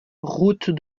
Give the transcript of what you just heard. route